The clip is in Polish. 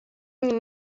nim